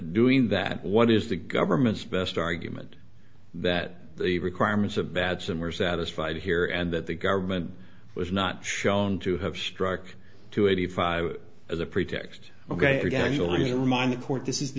doing that what is the government's best argument that the requirements of bad some are satisfied here and that the government was not shown to have struck two eighty five as a pretext ok again you let me remind the court this is the